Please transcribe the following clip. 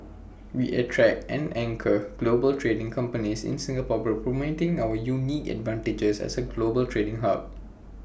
we attract and anchor global trading companies in Singapore by promoting our unique advantages as A global trading hub